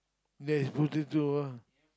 that is potato ah